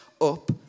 up